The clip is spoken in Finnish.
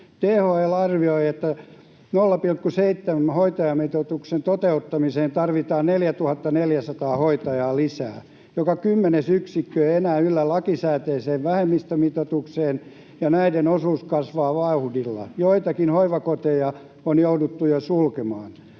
THL arvioi, että 0,7:n hoitajamitoituksen toteuttamiseen tarvitaan 4 400 hoitajaa lisää. Joka kymmenes yksikkö ei enää yllä lakisääteiseen vähemmistömitoitukseen, ja näiden osuus kasvaa vauhdilla. Joitakin hoivakoteja on jouduttu jo sulkemaan.